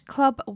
Club